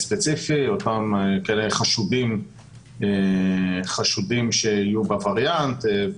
המלון, חשודים שנדבקו בווריאנט.